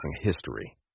history